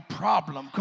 problem